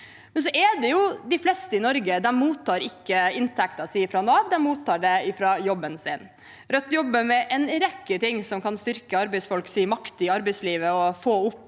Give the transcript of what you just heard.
Men de fleste i Norge mottar ikke inntekten sin fra Nav, de mottar den fra jobben sin. Rødt jobber med en rekke ting som kan styrke arbeidsfolks makt i arbeidslivet og få opp